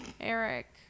Eric